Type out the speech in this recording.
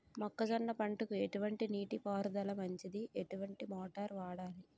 మొక్కజొన్న పంటకు ఎటువంటి నీటి పారుదల మంచిది? ఎటువంటి మోటార్ వాడాలి?